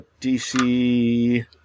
dc